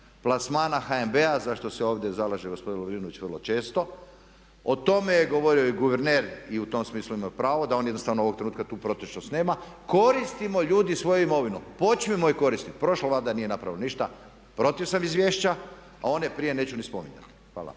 plasmana HNB-a za što se ovdje zalaže gospodin Lovrinović vrlo često o tome je govorio i guverner i u tom smislu ima pravo da on jednostavno ovog trenutka tu protočnost nema, koristimo ljudi svoju imovinu. Počnimo ju koristiti. Prošla Vlada nije napravila ništa, protiv sam izvješća a one prije neću ni spominjati. Hvala.